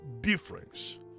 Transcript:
difference